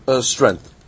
strength